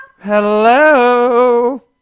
hello